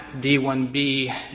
D1B